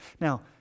Now